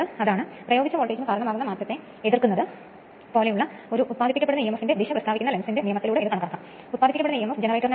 അതിനാൽ ബാഹ്യ റെസിസ്റ്ററുകൾ പ്രധാനമായും ആരംഭ കാലയളവിൽ ഉപയോഗിക്കുന്നു സാധാരണ പ്രവർത്തന സാഹചര്യങ്ങളിൽ മൂന്ന് ബ്രഷുകൾ ഷോർട്ട് സർക്യൂട്ട് ആണ്